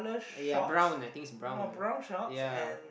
ya brown I think it's brown ya